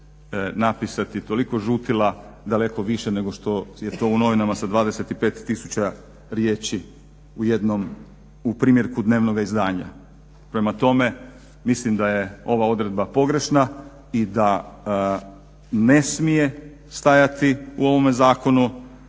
napisati toliko žutila, daleko više nego što je to u novinama sa 25000 riječi u jednom, u primjerku dnevnoga izdanja. Prema tome, mislim da je ova odredba pogrešna i da ne smije stajati u ovome zakonu